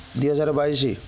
ଦୁଇ ହଜାର ବାଇଶ